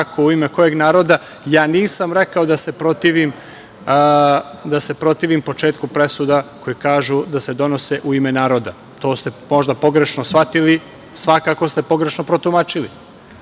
kako, u ime kojeg naroda. Nisam rekao da se protivim početku presuda koje kažu da se donose u ime naroda. To ste možda pogrešno shvatili, svakako ste pogrešno protumačili. Dakle,